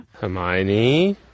Hermione